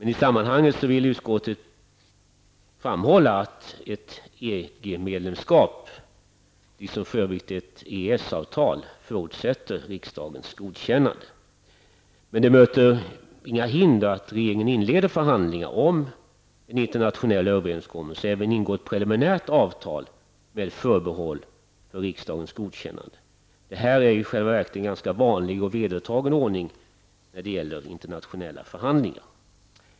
I sammanhanget vill utskottet framhålla att ett EG medlemskap, liksom för övrigt ett EES-avtal, förutsätter riksdagens godkännande. Det möter ju emellertid inga hinder att regeringen inleder förhandlingar om en internationell överenskommelse och även ingår ett preliminärt avtal med förbehåll för riksdagens godkännande. Detta är i själva verket en vanligt och vedertagen ordning när det gäller internationella förhandlingar.